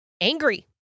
angry